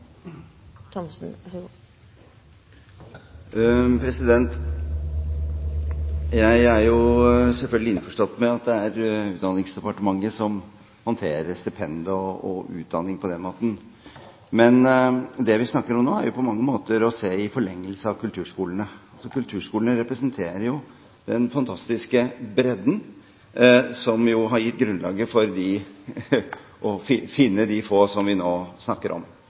Utdanningsdepartementet som håndterer stipend og utdanning på den måten. Men det vi snakker om nå, er på mange måter å se det i forlengelsen av kulturskolene. Kulturskolene representerer den fantastiske bredden, som jo har gitt grunnlaget for å finne de få som vi nå snakker om.